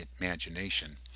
imagination